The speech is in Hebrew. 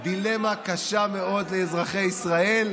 דילמה קשה מאוד לאזרחי ישראל.